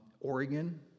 Oregon